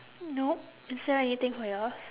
nope is there anything for yours